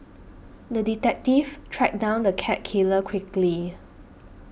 the detective tracked down the cat killer quickly